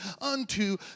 unto